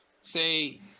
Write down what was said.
say